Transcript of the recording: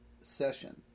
session